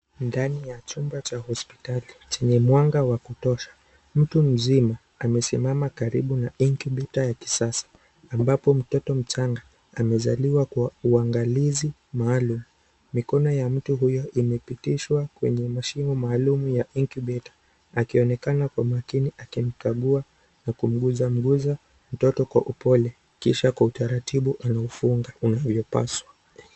Ndani ya chumba cha hospitali chenye mwanga wa kutosha. Mtu mzima amesimama karibu na incubator ya kisasa ambapo mtoto mchanga amezaliwa kwa uangalizi maalum. Mikono ya mtu huyo imepitishwa kwenye mashine maalum ya incubator akionekana kwa makini akimkagua na kumgusagusa mtoto kwa upole kisha kwa utaratibu anafunga inavyopaswa.